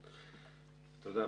תודה.